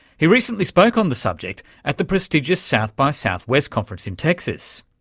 he recently spoke on the subject at the prestigious south by southwest conference in texas.